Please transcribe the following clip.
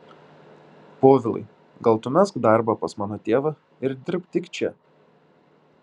povilai gal tu mesk darbą pas mano tėvą ir dirbk tik čia